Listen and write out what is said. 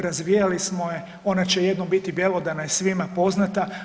Razvijali smo je, ona će jednom biti bjelodana i svima poznata.